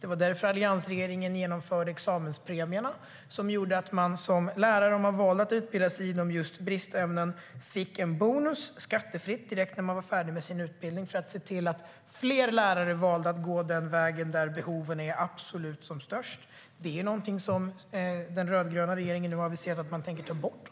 Det var därför alliansregeringen genomförde examenspremierna för att se till att fler lärare valde att gå den vägen där behoven är absolut störst. Lärare som valde att utbilda sig inom bristämnen fick en skattefri bonus direkt när de var färdiga med sin utbildning. Detta har den rödgröna regeringen nu aviserat att man tänker ta bort.